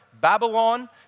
Babylon